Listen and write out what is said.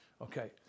Okay